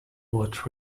what